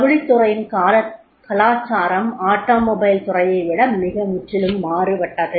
ஜவுளித் துறையின் கலாச்சாரம் ஆட்டோமொபைல் துறையை விட முற்றிலும் மாறுபட்டது